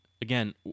again